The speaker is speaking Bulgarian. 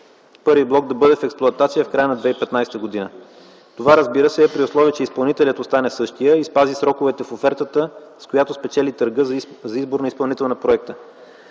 І-ви блок да бъде в експлоатация в края на 2015 г. Разбира се, това е при условие, че изпълнителят остане същият и спази сроковете с офертата, с която спечели търга за избор на изпълнител на проекта.